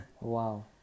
Wow